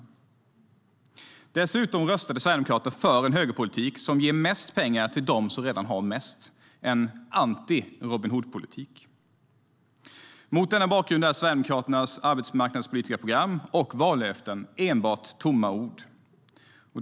Mot denna bakgrund är Sverigedemokraternas arbetsmarknadspolitiska program och vallöften enbart tomma ord.